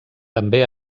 també